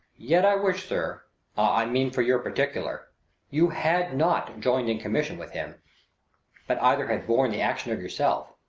yet i wish, sir i mean, for your particular you had not join'd in commission with him but either had borne the action of yourself,